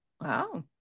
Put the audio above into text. Wow